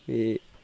बे